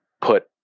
put